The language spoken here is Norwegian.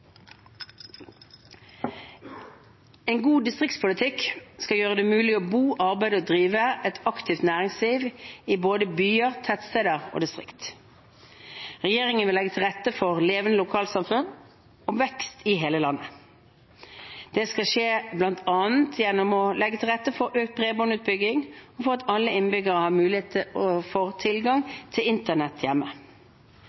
En god distriktspolitikk skal gjøre det mulig å bo, arbeide og drive et aktivt næringsliv i både byer, tettsteder og distrikter. Regjeringen vil legge til rette for levende lokalsamfunn og vekst i hele landet. Det skal skje gjennom bl.a. å legge til rette for økt bredbåndsutbygging og for at alle innbyggere har mulighet for tilgang til internett i hjemmet. Arbeidet for